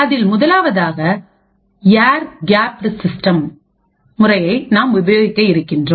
அதில் முதலாவதாக ஏர்கேப்டூ சிஸ்டம் முறையை நாம் உபயோகிக்க இருக்கின்றோம்